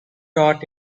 taught